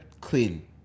Clean